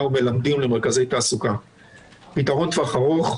ומלמדים למרכזי תעסוקה; פתרון טווח ארוך: